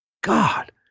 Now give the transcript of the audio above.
God